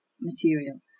material